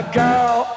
girl